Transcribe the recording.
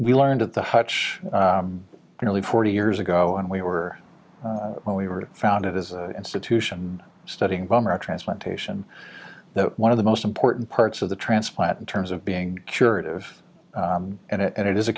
we learned at the hutch nearly forty years ago and we were when we were found it is an institution studying bummer transportation that one of the most important parts of the transplant in terms of being curative and it and it is a